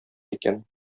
икән